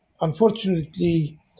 Unfortunately